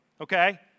okay